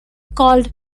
called